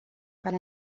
per